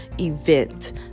event